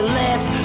left